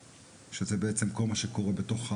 שזה בעצם התנועה וכל מה שקורה בתוך ההר.